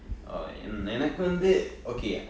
oh என் எனக்கு வந்து:yen enakku vanthu okay